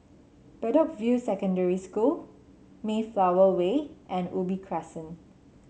Bedok View Secondary School Mayflower Way and Ubi Crescent